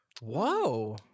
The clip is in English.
Whoa